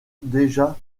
déjà